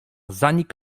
zanik